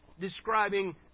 describing